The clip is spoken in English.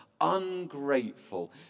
ungrateful